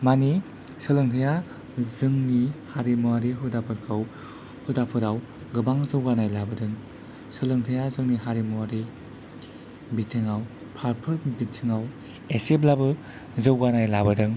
मानि सोलोंथाया जोंनि हारिमुवारि हुदाफोरखौ हुदाफोराव गोबां जौगानाय लाबोदों सोलोंथाया जोंनि हारिमुवारि बिथिङाव फारफ्रोम बिथिङाव एसेब्लाबो जौगानाय लाबोदों